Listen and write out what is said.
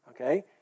Okay